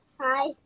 Hi